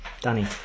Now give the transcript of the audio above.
Danny